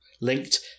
linked